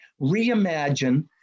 reimagine